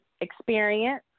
experience